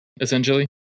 essentially